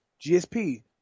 GSP